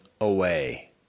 away